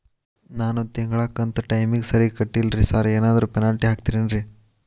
ನಾನು ತಿಂಗ್ಳ ಕಂತ್ ಟೈಮಿಗ್ ಸರಿಗೆ ಕಟ್ಟಿಲ್ರಿ ಸಾರ್ ಏನಾದ್ರು ಪೆನಾಲ್ಟಿ ಹಾಕ್ತಿರೆನ್ರಿ?